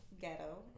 ghetto